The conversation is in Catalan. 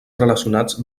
relacionats